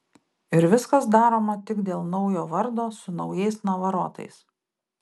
ir viskas daroma tik dėl naujo vardo su naujais navarotais